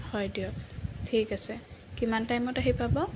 হয় দিয়ক ঠিক আছে কিমান টাইমত আহি পাব